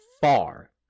far